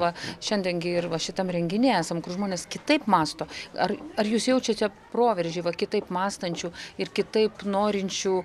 va šiandien gi ir va šitam renginy esam kur žmonės kitaip mąsto ar ar jūs jaučiate proveržį va kitaip mąstančių ir kitaip norinčių